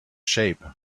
shape